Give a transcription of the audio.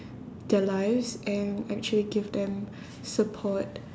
their lives and actually give them support